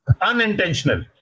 unintentional